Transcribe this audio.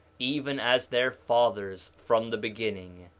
even as their fathers, from the beginning,